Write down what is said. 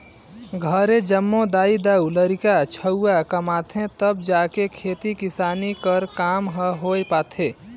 घरे जम्मो दाई दाऊ,, लरिका छउवा कमाथें तब जाएके खेती किसानी कर काम हर होए पाथे